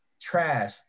Trash